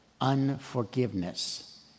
unforgiveness